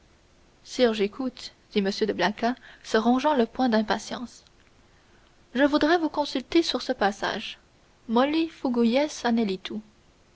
j'écoute dit m de blacas se rongeant les poings d'impatience je voudrais vous consulter sur ce passage